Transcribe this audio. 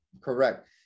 Correct